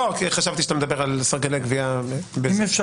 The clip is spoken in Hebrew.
חשבתי שאתה מדבר על סרגלי גבייה --- אם אפשר